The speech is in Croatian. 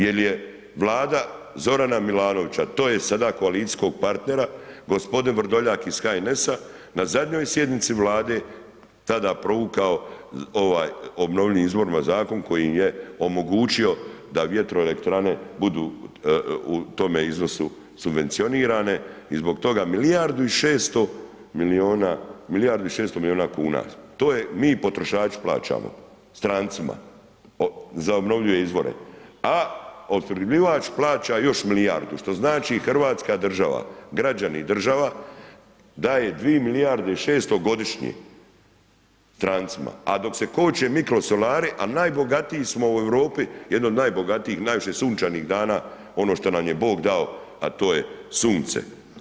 Jel je Vlada Zorana Milanovića, to je sada koalicijskog partnera, g. Vrdoljak iz HNS-a na zadnjoj sjednici Vlade tada provukao ovaj o obnovljivim izvorima zakon koji im je omogućio da vjetroelektrane budu u tome iznose subvencionirane i zbog toga milijardu i 600 milijuna kuna, to je, mi potrošači plaćamo strancima za obnovljive izvore, a opskrbljivač plaća još milijardu, što znači hrvatska država, građani i država daje dvi milijarde i 600 godišnje strancima, a dok se koče mikrosolari, a najbogatiji smo u Europi, jedan od najbogatijih, najviše sunčanih dana, ono što nam je Bog dao, a to je sunce.